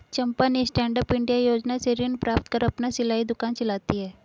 चंपा ने stand up India योजना से ऋण प्राप्त कर अपना सिलाई दुकान चलाती है